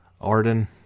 Arden